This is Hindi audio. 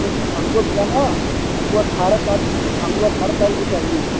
तो हमको जाना हमको अठारह तारीख तक हमको अठारह तारीख तक चाहिए